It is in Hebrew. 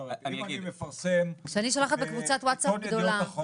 אם אני מפרסם --- כשאני שולחת בקבוצת ווטסאפ גדולה,